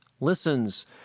listens